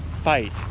fight